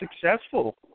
successful